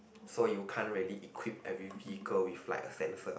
so you can't really equip every vehicle with like a sensor